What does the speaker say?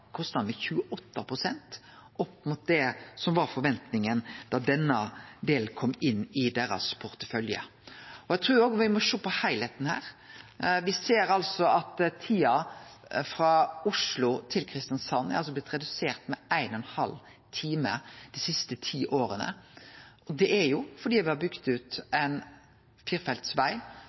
med 28 pst. i forhold til det som var forventninga da denne delen kom inn i deira portefølje. Eg trur òg me må sjå på heilskapen her. Me ser at tida frå Oslo til Kristiansand er blitt redusert med ein og ein halv time dei siste ti åra, og det er fordi me har bygd ut ein